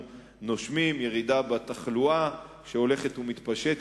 נושמים ולירידה בתחלואה שהולכת ומתפשטת,